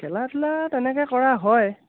খেলা ধূলা তেনেকৈ কৰা হয়